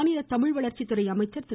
மாநில தமிழ்வளர்ச்சித்துறை அமைச்சர் திரு